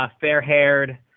fair-haired